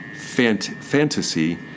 Fantasy